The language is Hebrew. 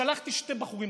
שלחתי שני בחורים,